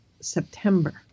September